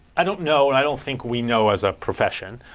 i don't know, and i don't think we know as a profession.